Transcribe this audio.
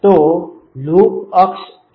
તો લૂપ અક્ષ એ Z અક્ષ છે